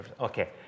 Okay